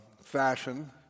fashion